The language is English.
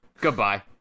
Goodbye